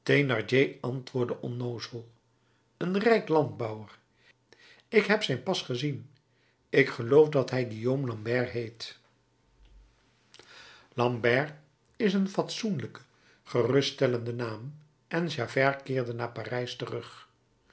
antwoordde onnoozel een rijk landbouwer ik heb zijn pas gezien ik geloof dat hij guillaume lambert heet lambert is een fatsoenlijke geruststellende naam en javert keerde naar parijs terug